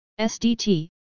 SDT